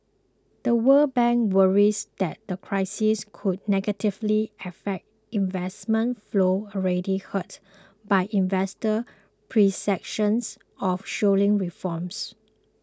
The World Bank worries that the crisis could negatively affect investment flows already hurt by investor perceptions of slowing reforms